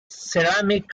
ceramic